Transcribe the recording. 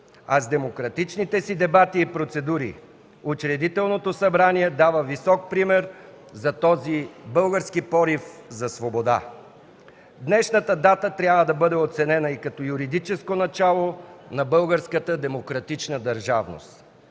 а с демократичните си дебати и процедури Учредителното събрание дава висок пример за този български порив за свобода. Днешната дата трябва да бъде оценена и като юридическо начало на българската демократична държавност.